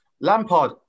Lampard